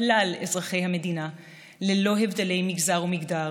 כלל אזרחי המדינה ללא הבדלי מגזר ומגדר.